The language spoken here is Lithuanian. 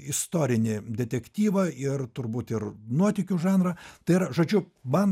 istorinį detektyvą ir turbūt ir nuotykių žanrą tai yra žodžiu man